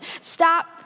Stop